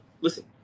listen